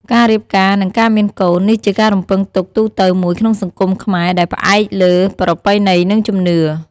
ការរៀបការ និងការមានកូន នេះជាការរំពឹងទុកទូទៅមួយក្នុងសង្គមខ្មែរដែលផ្អែកលើប្រពៃណី និងជំនឿ។